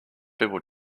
people